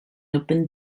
open